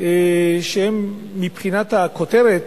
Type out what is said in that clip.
שמבחינת הכותרת,